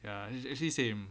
ya it's actually same